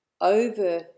over